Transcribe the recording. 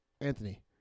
Anthony